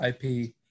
IP